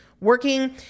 working